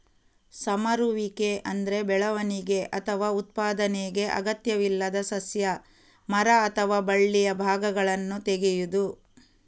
ಸಮರುವಿಕೆ ಅಂದ್ರೆ ಬೆಳವಣಿಗೆ ಅಥವಾ ಉತ್ಪಾದನೆಗೆ ಅಗತ್ಯವಿಲ್ಲದ ಸಸ್ಯ, ಮರ ಅಥವಾ ಬಳ್ಳಿಯ ಭಾಗಗಳನ್ನ ತೆಗೆಯುದು